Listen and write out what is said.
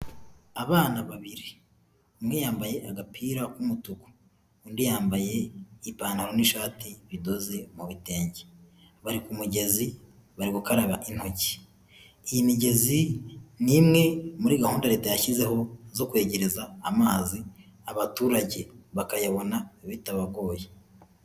Abana babiri umwe yambaye agapira k'umutuku, undi yambaye ipantaro n'ishati bidoze mu bitenge, bari ku mugezi bari gukaraba intoki, iyi imigezi ni imwe muri gahunda leta yashyizeho zo kwegereza amazi abaturage bakayabona bitabagoye.